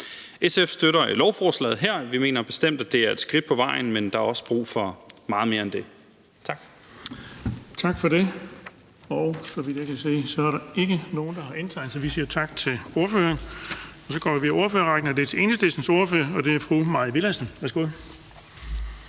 SF støtter lovforslaget her. Vi mener bestemt, at det er et skridt på vejen, men der er også brug for meget mere end det. Tak. Kl. 15:50 Den fg. formand (Erling Bonnesen): Tak for det. Og så vidt jeg kan se, at der ikke nogen, der har indtegnet sig. Så vi siger tak til ordføreren. Så går vi videre i ordførerrækken til Enhedslistens ordfører, og det er fru Mai Villadsen. Værsgo.